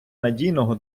надійного